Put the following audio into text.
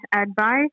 advice